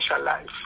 life